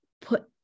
put